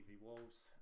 Wolves